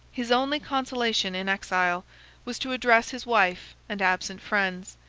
his only consolation in exile was to address his wife and absent friends,